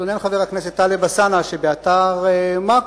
התלונן חבר הכנסת טלב אלסאנע שבאתר mako,